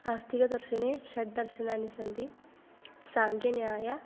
आस्तिकदर्शने षड्दर्शनानि सन्ति साङ्ख्यन्याय